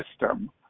system